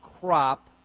crop